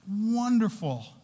wonderful